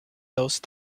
those